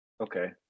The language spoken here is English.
Okay